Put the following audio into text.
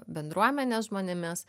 bendruomenės žmonėmis